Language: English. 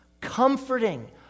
comforting